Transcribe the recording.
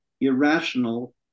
irrational